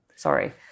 Sorry